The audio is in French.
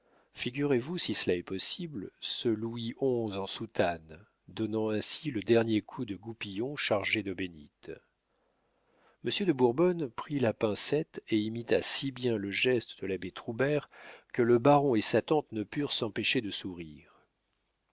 figurez-vous si cela est possible ce louis xi en soutane donnant ainsi le dernier coup de goupillon chargé d'eau bénite monsieur de bourbonne prit la pincette et imita si bien le geste de l'abbé troubert que le baron et sa tante ne purent s'empêcher de sourire